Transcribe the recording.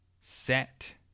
Set